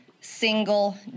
single